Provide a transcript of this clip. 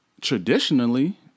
traditionally